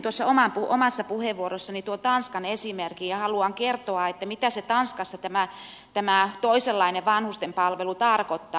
mainitsin omassa puheenvuorossani tanskan esimerkin ja haluan kertoa mitä tanskassa tämä toisenlainen vanhustenpalvelu tarkoittaa